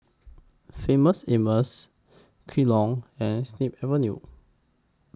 Famous Amos Kellogg's and Snip Avenue